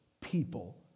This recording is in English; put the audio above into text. people